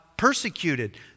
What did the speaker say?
persecuted